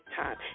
time